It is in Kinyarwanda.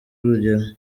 urugero